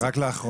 זה רק לאחרונה.